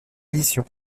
édition